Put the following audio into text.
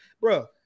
bro